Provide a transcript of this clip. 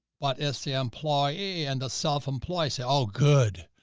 but stm employee, and the self-employed said, oh, good,